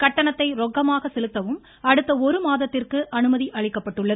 கட்டணத்தை ரொக்கமாக செலுத்தவும் அடுத்த ஒரு மாதத்திற்கு அனுமதி அளிக்கப்பட்டுள்ளது